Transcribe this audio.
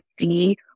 see